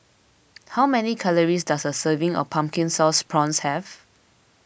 how many calories does a serving of Pumpkin Sauce Prawns have